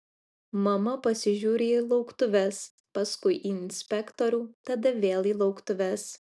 mama pasižiūri į lauktuves paskui į inspektorių tada vėl į lauktuves